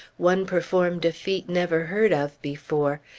one performed a feat never heard of before.